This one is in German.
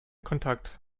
kontakt